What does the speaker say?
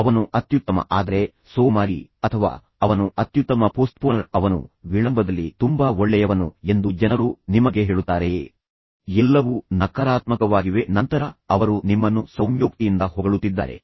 ಅವನು ಅತ್ಯುತ್ತಮ ಆದರೆ ಸೋಮಾರಿ ಅಥವಾ ಅವನು ಅತ್ಯುತ್ತಮ ಪೋಸ್ಟ್ಪೋನರ್ ಅವನು ವಿಳಂಬದಲ್ಲಿ ತುಂಬಾ ಒಳ್ಳೆಯವನು ಎಂದು ಜನರು ನಿಮಗೆ ಹೇಳುತ್ತಾರೆಯೇ ಆದ್ದರಿಂದ ಎಲ್ಲವೂ ನಕಾರಾತ್ಮಕವಾಗಿವೆ ಆದರೆ ನಂತರ ಅವರು ನಿಮ್ಮನ್ನು ಸೌಮ್ಯೋಕ್ತಿಯಿಂದ ಹೊಗಳುತ್ತಿದ್ದಾರೆ